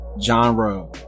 genre